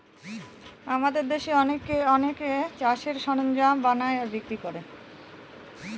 আমাদের দেশে অনেকে চাষের সরঞ্জাম বানায় আর বিক্রি করে